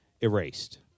erased